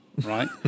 right